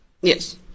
Yes